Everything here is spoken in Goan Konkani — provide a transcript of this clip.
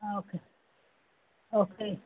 ah okay okay